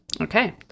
Okay